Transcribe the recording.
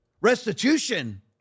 restitution